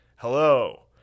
Hello